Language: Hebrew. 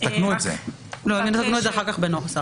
הם יתקנו את זה אחר כך בנוסח.